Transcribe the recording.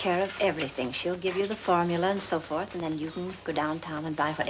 care of everything she'll give you the formula and so forth and then you can go downtown and